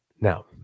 now